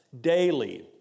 daily